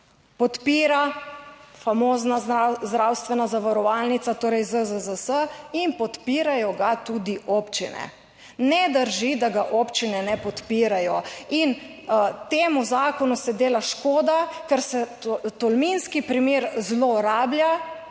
podpira famozna zdravstvena zavarovalnica, torej ZZZS in podpirajo ga tudi občine. Ne drži, da ga občine ne podpirajo. In temu zakonu se dela škoda, ker se tolminski primer zlorablja